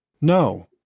No